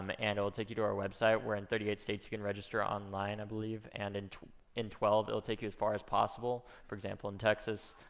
and it and will take you to our website, where in thirty eight states, you can register online, i believe. and and in twelve, it'll take you as far as possible. for example, in texas,